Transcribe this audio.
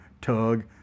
tug